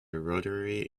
rotary